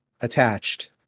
attached